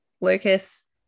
lucas